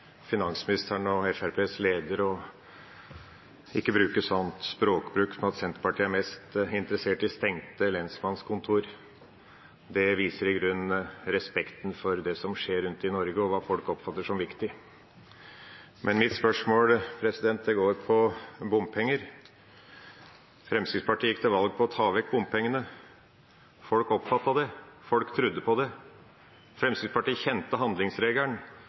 viser i grunnen respekten for det som skjer rundt i Norge, og for hva folk oppfatter som viktig. Men mitt spørsmål går på bompenger. Fremskrittspartiet gikk til valg på å ta vekk bompengene. Folk oppfattet det, og folk trodde på det. Fremskrittspartiet kjente handlingsregelen